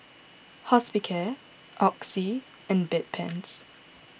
Hospicare Oxy and Bedpans